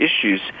issues